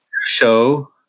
show